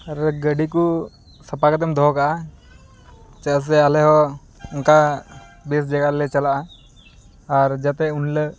ᱨᱟᱹᱫᱽ ᱜᱟᱹᱰᱤᱠᱚ ᱥᱟᱯᱟ ᱠᱟᱛᱮᱢ ᱫᱚᱦᱚᱠᱟᱜᱼᱟ ᱪᱮᱫᱟᱜ ᱥᱮ ᱟᱞᱮᱦᱚᱸ ᱚᱱᱠᱟ ᱵᱮᱥ ᱡᱟᱭᱜᱟᱨᱮᱞᱮ ᱪᱟᱞᱟᱜᱼᱟ ᱟᱨ ᱡᱟᱛᱮ ᱩᱱᱦᱤᱞᱳᱜ